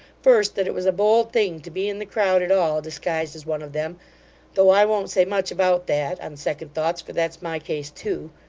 first, that it was a bold thing to be in the crowd at all disguised as one of them though i won't say much about that, on second thoughts, for that's my case too.